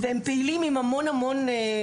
הם פעילים עם הרבה מאוד מבוגרים,